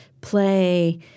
play